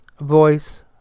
voice